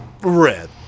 red